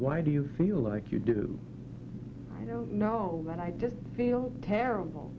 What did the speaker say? why do you feel like you do you know that i just feel terrible